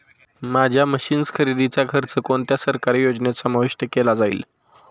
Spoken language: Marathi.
माझ्या मशीन्स खरेदीचा खर्च कोणत्या सरकारी योजनेत समाविष्ट केला जाईल?